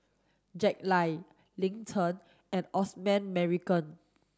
Jack Lai Lin Chen and Osman Merican